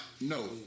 No